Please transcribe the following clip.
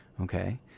okay